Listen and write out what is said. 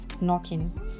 knocking